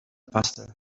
faster